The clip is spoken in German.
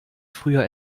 früher